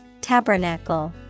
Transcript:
Tabernacle